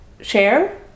share